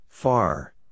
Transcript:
Far